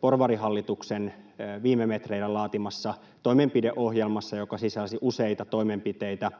porvarihallituksen viime metreillä laatimassa toimenpideohjelmassa, joka sisälsi useita toimenpiteitä